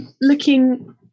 Looking